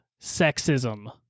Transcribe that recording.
sexism